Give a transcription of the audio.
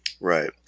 Right